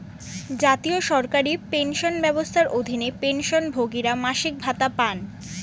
জাতীয় সরকারি পেনশন ব্যবস্থার অধীনে, পেনশনভোগীরা মাসিক ভাতা পান